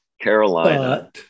Carolina